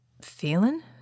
feeling